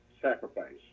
sacrifice